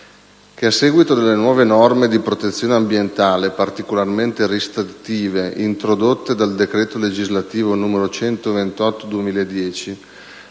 che, a seguito delle nuove norme di protezione ambientale particolarmente restrittive, introdotte dal decreto legislativo n. 128 del 2010,